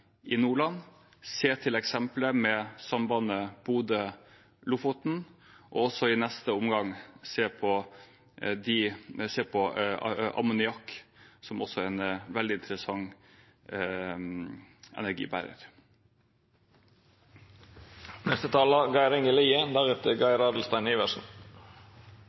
i Nordland, se til eksempelet med sambandet Bodø–Lofoten, og også i neste omgang se på ammoniakk, som også er en veldig interessant